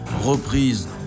reprise